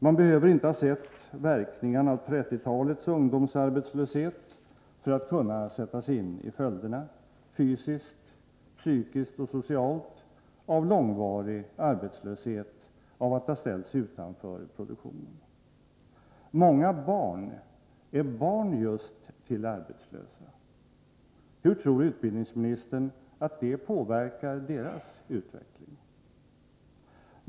Man behöver inte ha sett verkningarna av 1930-talets ungdomsarbetslöshet för att kunna sätta sig in i följderna, fysiskt, psykiskt och socialt, av långvarig arbetslöshet, av att ha ställts utanför produktionen. Många barn är barn just till arbetslösa. Hur tror utbildningsministern att det påverkar deras utveckling?